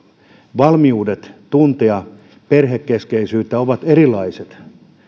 valmiudet tuntea perhekeskeisyyttä ovat erilaiset